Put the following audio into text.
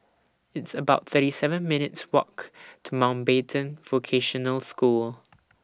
It's about thirty seven minutes' Walk to Mountbatten Vocational School